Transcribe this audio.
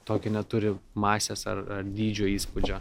tokio neturi masės ar ar dydžio įspūdžio